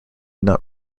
not